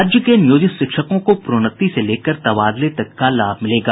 राज्य के नियोजित शिक्षकों को प्रोन्नति से लेकर तबादले तक का लाभ मिलेगा